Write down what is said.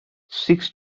six